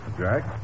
Jack